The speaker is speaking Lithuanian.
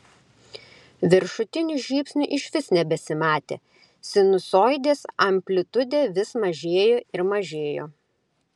viršutinių žybsnių išvis nebesimatė sinusoidės amplitudė vis mažėjo ir mažėjo